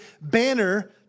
banner